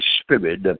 spirit